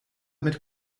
mit